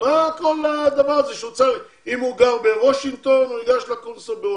אם הוא גר בוושינגטון, הוא ניגש לקונסול ---.